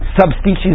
subspecies